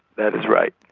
thatis right.